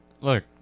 look